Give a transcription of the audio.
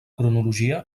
cronologia